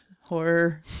horror